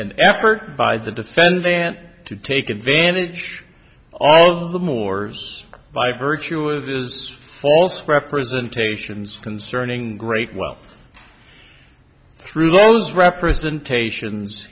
an effort by the defense than to take advantage all of the moore's by virtue of his false representations concerning great wealth through those representations